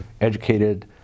educated